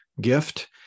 gift